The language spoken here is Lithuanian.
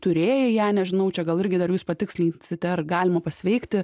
turėjai ją nežinau čia gal irgi dar jūs patikslinsite ar galima pasveikti